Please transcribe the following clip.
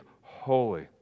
holy